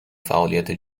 فعالیت